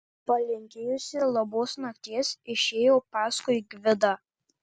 palinkėjusi labos nakties išėjo paskui gvidą